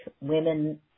Women